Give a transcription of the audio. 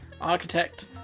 Architect